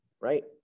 right